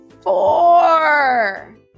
four